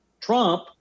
Trump